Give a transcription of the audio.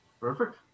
Perfect